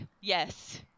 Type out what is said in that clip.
yes